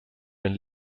den